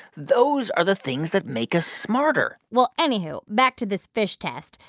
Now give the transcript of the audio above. those are the things that make us smarter well, anywho, back to this fish test.